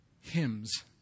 hymns